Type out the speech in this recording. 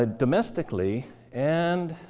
ah domestically and